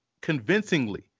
convincingly